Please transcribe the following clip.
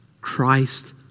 Christ